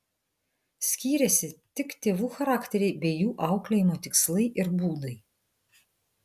skyrėsi tik tėvų charakteriai bei jų auklėjimo tikslai ir būdai